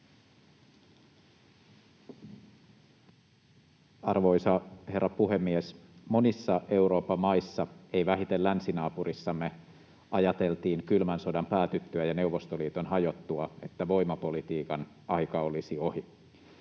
Arvoisa herra puhemies! Monissa Euroopan maissa, ei vähiten länsinaapurissamme, ajateltiin kylmän sodan päätyttyä ja Neuvostoliiton hajottua, että voimapolitiikan aika olisi ohi.